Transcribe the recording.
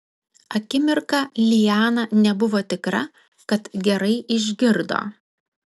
akimirką liana nebuvo tikra kad gerai išgirdo